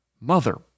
Mother